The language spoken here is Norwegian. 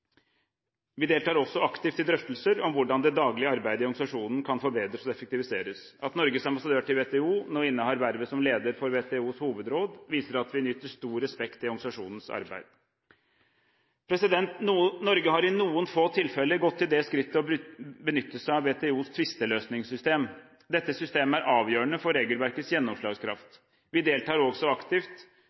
Vi deltar også aktivt i drøftelser om hvordan det daglige arbeidet i organisasjonen kan forbedres og effektiviseres. At Norges ambassadør til WTO nå innehar vervet som leder for WTOs hovedråd, viser at vi nyter stor respekt i organisasjonens arbeid. Norge har i noen få tilfeller gått til det skritt å benytte seg av WTOs tvisteløsningssystem. Dette systemet er avgjørende for regelverkets gjennomslagskraft. Vi deltar også aktivt